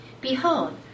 behold